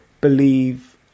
believe